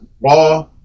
raw